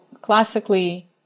classically